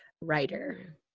Writer